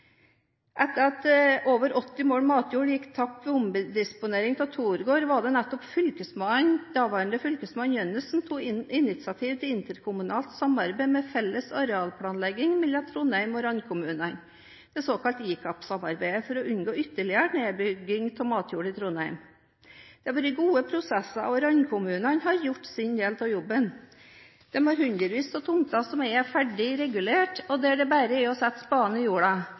Etter at over 800 mål matjord gikk tapt ved omdisponering av Torgård, var det nettopp daværende fylkesmann Gjønnes som tok initiativ til interkommunalt samarbeid med felles arealplanlegging mellom Trondheim og randkommunene, det såkalte IKAP-samarbeidet, for å unngå ytterligere nedbygging av matjord i Trondheim. Det har vært gode prosesser, og randkommunene har gjort sin del av jobben. De har hundrevis av tomter som er ferdig regulert. Det er bare å sette spaden i jorda,